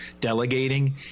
delegating